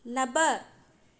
नव